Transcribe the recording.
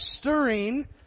stirring